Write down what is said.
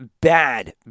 bad